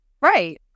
Right